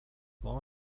law